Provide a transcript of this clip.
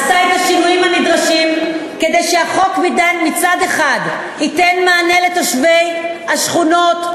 עשתה את השינויים הנדרשים כדי שהחוק מצד אחד ייתן מענה לתושבי השכונות,